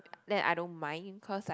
then I don't mind because like